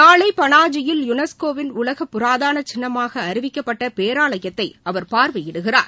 நாளை பனாஜியில் யுனெஸ்கோவினால் உலக புரதாள சின்னமாக அறிவிக்கப்பட்ட பேராலாயத்தை அவர் பார்வையிடுகிறார்